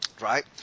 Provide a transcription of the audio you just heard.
right